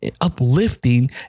uplifting